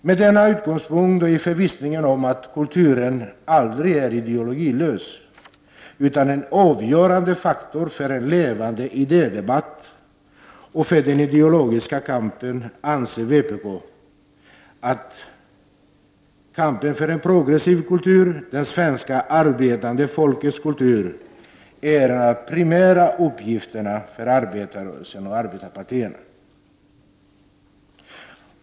Med denna utgångspunkt och i förvissningen om att kulturen aldrig är ideologilös, utan en avgörande faktor för den levande idédebatten och för den ideologiska kampen, anser vpk att kampen för en progressiv kultur, det svenska arbetande folkets kultur, är en av de primära uppgifterna för arbetarrörelsen och arbetarpartierna.